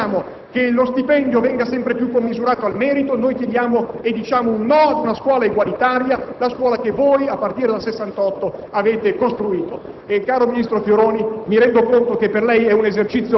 lanciamo un messaggio culturale preciso; quando chiediamo che lo stipendio venga sempre più commisurato al merito, diciamo un "no" ad una scuola egualitaria, quella che voi, a partire dal '68, avete costruito.